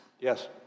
Yes